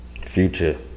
Future